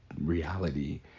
reality